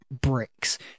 bricks